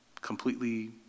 completely